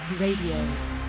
Radio